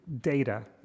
data